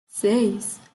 seis